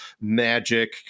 magic